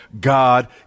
God